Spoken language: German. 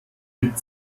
gibt